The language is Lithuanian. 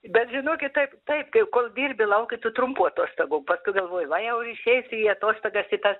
bet žinokit tai taip kol dirbi lauki tų trumpų atostogų paskui galvboji va jau ir išeisi į atostogas į tas